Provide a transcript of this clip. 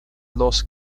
los